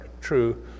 true